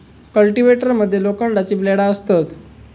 cultivator मध्ये लोखंडाची ब्लेडा असतत